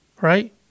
right